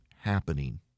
happening